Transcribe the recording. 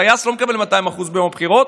טייס לא מקבל 200% ביום הבחירות,